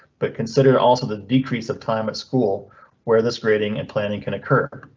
but consider it. also the decrease of time at school where this grading and planning can occur.